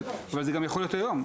אבל זה גם יכול להיות היום.